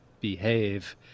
behave